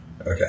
Okay